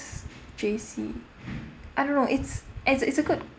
J_C I don't know it's it's it's a good